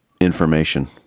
information